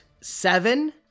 Seven